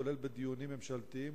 גם בדיונים ממשלתיים,